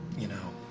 you know,